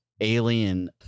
alien